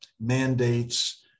mandates